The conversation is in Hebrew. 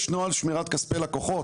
יש נוהל שמירת כספי לקוחות,